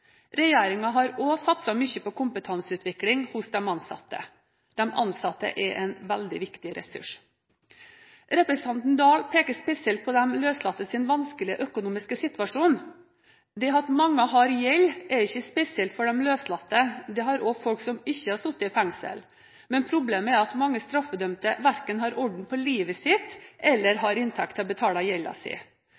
har også satset mye på kompetanseutvikling hos de ansatte. De ansatte er en veldig viktig ressurs. Representanten Oktay Dahl peker spesielt på de løslattes vanskelige økonomiske situasjon. Det at mange har gjeld, er ikke spesielt for de løslatte, det har også folk som ikke har sittet i fengsel. Men problemet er at mange straffedømte verken har orden på livet sitt, eller